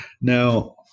Now